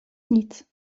nic